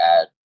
add